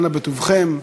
אנא בטובכם.